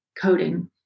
coding